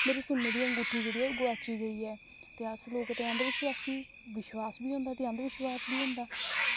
मेरी सुन्ने दी अंगूठी जेह्ड़ी ऐ ओह् गोआची गेदी ऐ ते अस लोक अंधविश्वासी विश्वास बी होंदा ते अंधविश्वास बी होंदा